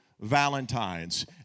Valentines